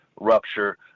rupture